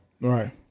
right